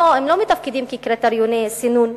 הם לא מתפקדים כקריטריוני סינון,